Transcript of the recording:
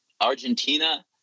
Argentina